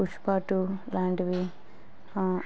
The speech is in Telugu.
పుష్పా టు లాంటివి